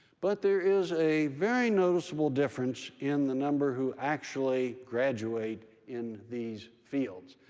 but there is a very noticeable difference in the number who actually graduate in these fields.